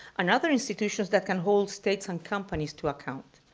and other institutions that can hold states and companies to account.